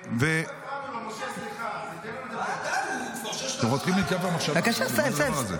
אבל אתה אל תענה לי בחזרה, עם כל הכבוד.